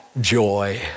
joy